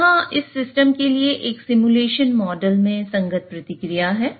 यहाँ इस सिस्टम के लिए एक सिमुलेशन मॉडल में संगत प्रतिक्रिया है